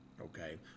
okay